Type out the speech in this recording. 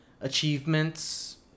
Achievements